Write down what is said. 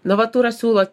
novaturas siūlo